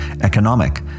economic